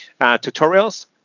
tutorials